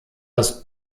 das